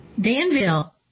Danville